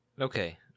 Okay